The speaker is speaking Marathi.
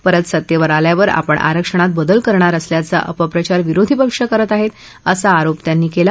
परत सत्त्व्रे आल्यावर आपण आरक्षणात बदल करणार असल्याचा अपप्रचार विरोधी पक्ष करत आहस्त् असा आरोप त्यांनी कला